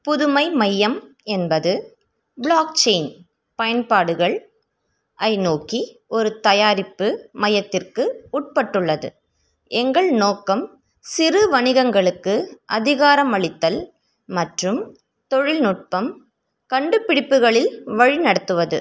புதுமை மையம் என்பது ப்ளாக்செயின் பயன்பாடுகள் ஐ நோக்கி ஒரு தயாரிப்பு மையத்திற்கு உட்பட்டுள்ளது எங்கள் நோக்கம் சிறு வணிகங்களுக்கு அதிகாரமளித்தல் மற்றும் தொழில்நுட்பம் கண்டுபிடிப்புகளில் வழிநடத்துவது